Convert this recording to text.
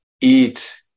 eat